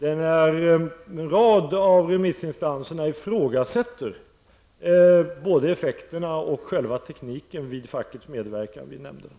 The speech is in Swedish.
En rad remissinstanser ifrågasätter både effekterna och själva tekniken vid fackets medverkan i nämnderna.